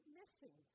missing